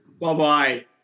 bye-bye